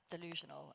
delusional